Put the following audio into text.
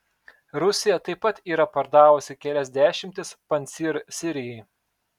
rusija taip pat yra pardavusi kelias dešimtis pancyr sirijai